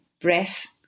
breast